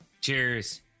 cheers